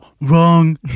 wrong